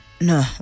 No